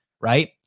right